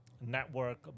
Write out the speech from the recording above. Network